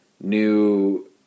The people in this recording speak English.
new